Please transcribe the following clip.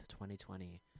2020